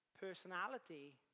personality